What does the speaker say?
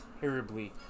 terribly